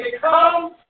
come